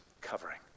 covering